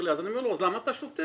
אז אני אומר לו, אז למה אתה שותק?